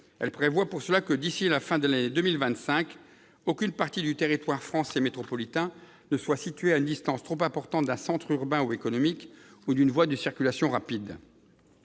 elle prévoit que, d'ici à la fin de l'année 2025, aucune partie du territoire français métropolitain ne devra être située à une distance trop importante d'un centre urbain ou économique ou d'une voie de circulation rapide.